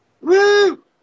Woo